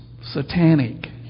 satanic